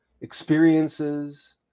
Experiences